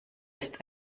ist